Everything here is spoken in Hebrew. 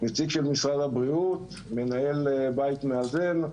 נציג של משרד הבריאות, מנהל בית מאזן.